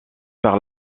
par